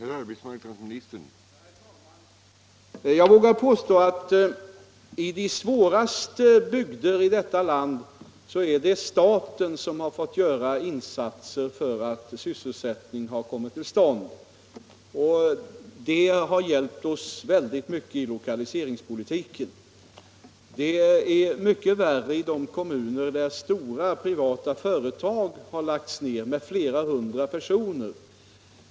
Herr talman! Jag vågar påstå att det är staten som när det gäller de mest problemfyllda bygderna i detta land har fått göra insatser för att sysselsättning skall komma till stånd, och detta har hjälpt oss väldigt mycket i lokaliseringspolitiken. Problemen är mycket större i de kommuner där stora privata företag lagts ned och flera hundra personer friställts.